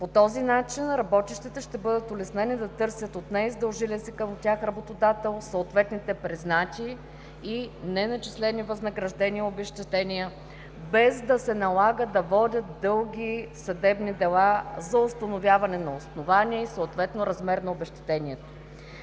По този начин работещите ще бъдат улеснени да търсят от неиздължилия се към тях работодател съответните признати и неначислени възнаграждения и обезщетения, без да се налага да водят дълги съдебни дела за установяване на основания и съответно размер на обезщетението.